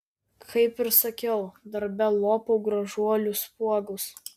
kaip ir sakiau darbe lopau gražuolių spuogus